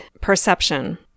perception